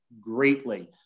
greatly